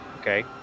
okay